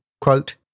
quote